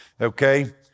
Okay